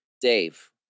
Dave